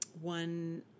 one